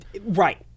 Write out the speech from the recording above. Right